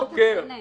זה לא החוקר.